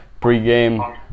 pre-game